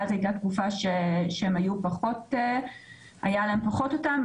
ואז היתה תקופה שהיה להם פחות אותם.